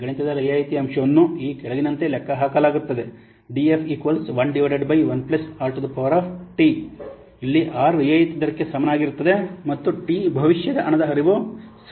ಗಣಿತದ ರಿಯಾಯಿತಿ ಅಂಶವನ್ನು ಈ ಕೆಳಗಿನಂತೆ ಲೆಕ್ಕಹಾಕಲಾಗುತ್ತದೆ ಡಿ ಎಫ್ ೧೧ಆರ್ power of t DF 1rpower of t ಅಲ್ಲಿ ಆರ್ ರಿಯಾಯಿತಿ ದರಕ್ಕೆ ಸಮಾನವಾಗಿರುತ್ತದೆ ಮತ್ತು ಟಿ ಭವಿಷ್ಯದ ಹಣದ ಹರಿವು ಸಂಭವಿಸುವ ವರ್ಷಗಳ ಸಂಖ್ಯೆಗೆ ಸಮಾನವಾಗಿರುತ್ತದೆ